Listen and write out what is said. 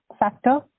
Factor